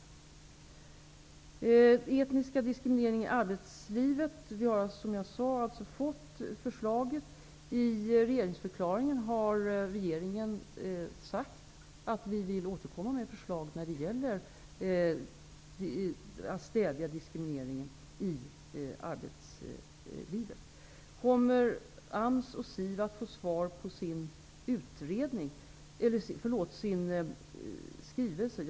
Beträffande etnisk diskriminering i arbetslivet har vi fått förslag. I regeringsförklaringen har regeringen sagt att man vill återkomma med förslag när det gäller att stävja diskrimineringen i arbetslivet. Kommer AMS och SIV att få svar på sin skrivelse? frågade Georg Andersson.